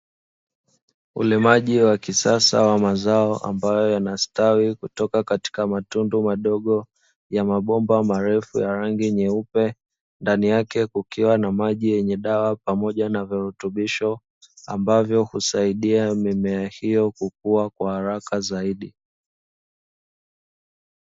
Ulimaji wa kisasa wa mazao ambayo yanastawi kutoka katika matundu madogo ya mabomba marefu ya rangi nyeupe. Ndani yake kukiwa na maji yenye dawa pamoja na virutubisho ambavyo husaidia mimea hiyo kukua kwa haraka zaidi.